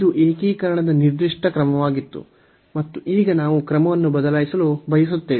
ಇದು ಏಕೀಕರಣದ ನಿರ್ದಿಷ್ಟ ಕ್ರಮವಾಗಿತ್ತು ಮತ್ತು ಈಗ ನಾವು ಕ್ರಮವನ್ನು ಬದಲಾಯಿಸಲು ಬಯಸುತ್ತೇವೆ